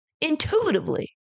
intuitively